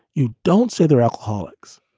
you don't say they're alcoholics.